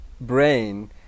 Brain